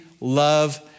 love